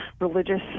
religious